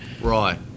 Right